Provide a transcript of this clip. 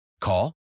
Call